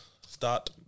Start